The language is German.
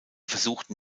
versuchten